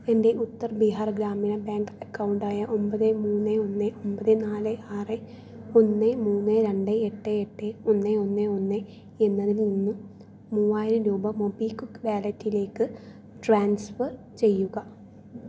എൻ്റെ ഉത്തർ ബീഹാർ ഗ്രാമീണ ബാങ്ക് അക്കൗണ്ടായ ഒൻപത് മൂന്ന് ഒന്ന് ഒൻപത് നാല് ആറ് ഒന്ന് മൂന്ന് രണ്ട് എട്ട് എട്ട് ഒന്ന് ഒന്ന് ഒന്ന് എന്നതിൽ നിന്ന് മൂവായിരം രൂപ മൊബിക്വിക്ക് വാലറ്റിലേക്ക് ട്രാൻസ്ഫർ ചെയ്യുക